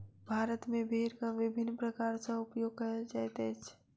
भारत मे भेड़क विभिन्न प्रकार सॅ उपयोग कयल जाइत अछि